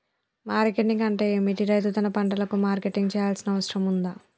Marketing అంటే ఏమిటి? రైతు తన పంటలకు మార్కెటింగ్ చేయాల్సిన అవసరం ఉందా?